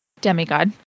demigod